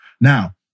Now